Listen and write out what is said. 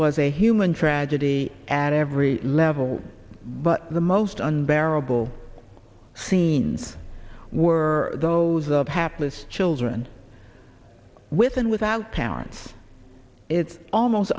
was a human tragedy at every level but the most unbearable scenes were those of hapless children with and without talents it's almost